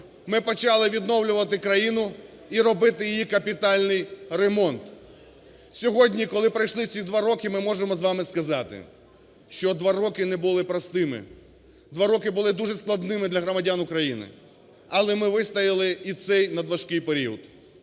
Ми почали відновлювати країну і робити їй капітальний ремонт. Сьогодні, коли пройшли ці 2 роки, ми можемо з вами сказати, що 2 роки не були простими. 2 роки були дуже складними для громадян України, але ми вистояли в цей надважкий період.